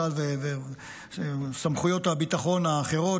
צה"ל וסוכנויות הביטחון האחרות,